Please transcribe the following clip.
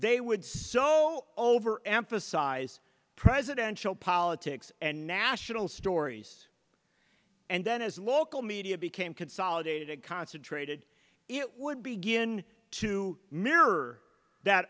they would so over emphasize presidential politics and national stories and then as local media became consolidated and concentrated it would begin to mirror that